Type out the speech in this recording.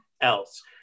else